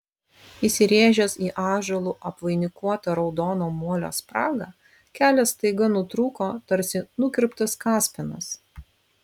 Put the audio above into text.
įsirėžęs į ąžuolų apvainikuotą raudono molio spragą kelias staiga nutrūko tarsi nukirptas kaspinas